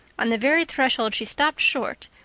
on the very threshold she stopped short,